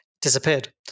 disappeared